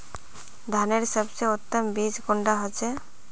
धानेर सबसे उत्तम बीज कुंडा होचए?